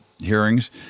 hearings